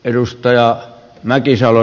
edustajat mäkisalo